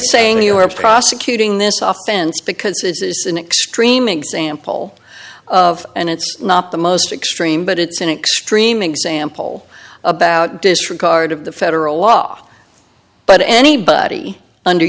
saying you were prosecuting this off ends because this is an extreme example of and it's not the most extreme but it's an extreme example about disregard of the federal law but anybody under